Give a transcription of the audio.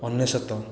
ଅନେଶ୍ୱତ